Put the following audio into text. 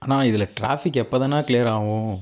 அண்ணா இதில் ட்ராஃபிக் எப்பதாண்ணா க்ளியர் ஆகும்